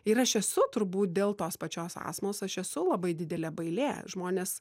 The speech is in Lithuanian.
ir aš esu turbūt dėl tos pačios astmos aš esu labai didelė bailė žmonės